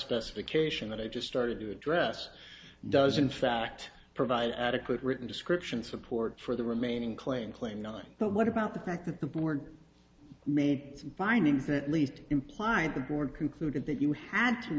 specification that i just started to address does in fact provide adequate written description support for the remaining claim claim nothing but what about the fact that the board made its findings at least implied the board concluded that you had to